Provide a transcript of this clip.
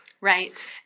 right